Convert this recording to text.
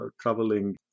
traveling